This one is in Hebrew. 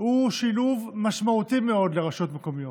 הוא שילוב משמעותי מאוד לרשויות מקומיות.